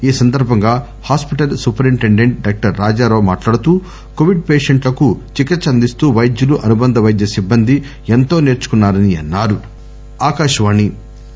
ఈ సందర్బంగా hospital superintendent doctor Rajarao మాట్లాడుతూ కోవిడ్ పేషెంట్లకు చికిత్ప అందిస్తూ పైద్యులు అనుబంధ వైద్య సిబ్బంది ఎంతో నేర్చుకున్నా రని అన్సారు